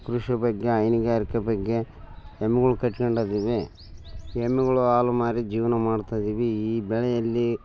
ಕೃಷಿ ಬಗ್ಗೆ ಹೈನುಗಾರಿಕೆ ಬಗ್ಗೆ ಎಮ್ಮೆಗಳ್ ಕಟ್ಕೊಂಡ್ ಇದೀವಿ ಎಮ್ಮೆಗಳು ಹಾಲು ಮಾರಿ ಜೀವನ ಮಾಡ್ತಾ ಇದ್ದೀವಿ ಈ ಬೆಳೆಯಲ್ಲಿ